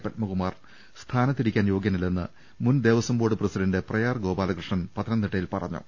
പത്മകുമാർ സ്ഥാനത്തിരിക്കാൻ യോഗ്യന ല്ലെന്ന് മുൻദേവസ്വം ബോർഡ് പ്രസിഡന്റ് പ്രയാർ ഗോപാലകൃഷ്ണൻ പത്ത നംതിട്ടയിൽ പറഞ്ഞു